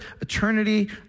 eternity